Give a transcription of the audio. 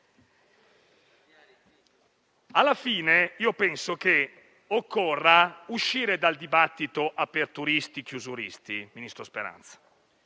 fare silenzio. Penso che occorra uscire dal dibattito "aperturisti chiusuristi", ministro Speranza.